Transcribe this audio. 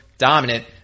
dominant